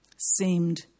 seemed